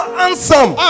handsome